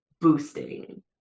boosting